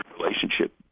relationship